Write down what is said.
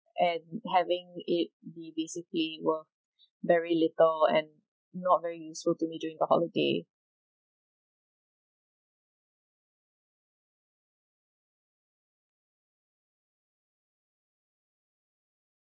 and having it be visiting was very little and not very useful to me during the holiday